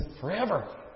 forever